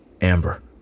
Amber